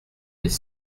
des